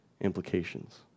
implications